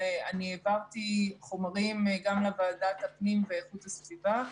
ואני העברתי חומרים גם לוועדת הפנים ואיכות הסביבה,